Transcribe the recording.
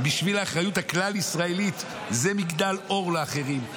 בשביל האחריות הכלל-ישראלית זה מגדלור לאחרים.